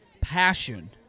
passion